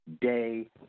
day